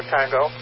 Tango